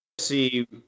see